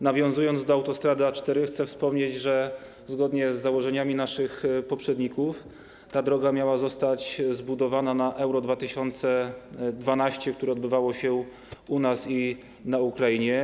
Nawiązując do autostrady A4, chcę wspomnieć, że zgodnie z założeniami naszych poprzedników ta droga miała zostać zbudowana na Euro 2012, które odbywało się u nas i na Ukrainie.